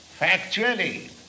factually